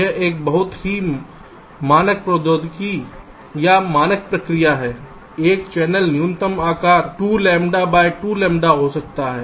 यह एक बहुत ही मानक प्रौद्योगिकी या मानक प्रक्रिया है एक चैनल न्यूनतम आकार 2 लैम्ब्डा बाय 2 लैम्ब्डा हो सकता है